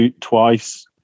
twice